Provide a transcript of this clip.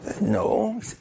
No